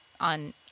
on